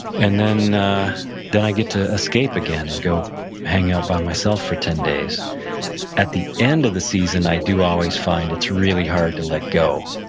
and then then i get to escape again and go hang out by myself for ten days at the end of the season, i do always find it's really hard to let go.